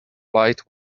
light